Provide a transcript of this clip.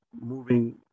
moving